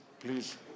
please